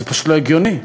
זה פשוט לא הגיוני.